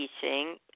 teaching